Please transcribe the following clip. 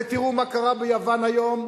ותראו מה קרה ביוון היום,